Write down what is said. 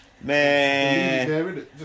Man